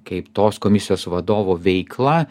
kaip tos komisijos vadovo veikla